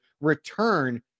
return